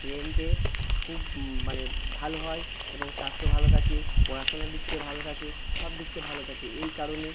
ব্রেনটি খুব মানে ভালো হয় এবং স্বাস্থ্য ভালো থাকে পড়াশুনোর দিক থেকে ভালো থাকে সব দিক থেকে ভালো থাকে এই কারণে